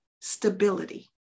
stability